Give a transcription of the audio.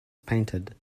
painted